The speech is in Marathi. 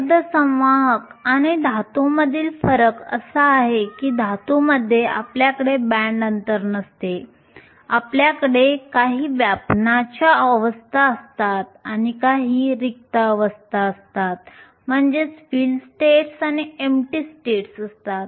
अर्धसंवाहक आणि धातूमधील फरक असा आहे की धातूमध्ये आपल्याकडे बँड अंतर नसते आपल्याकडे काही व्यापनाच्या अवस्था असतात आणि काही रिक्त अवस्था असतात